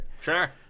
Sure